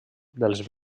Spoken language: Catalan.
dels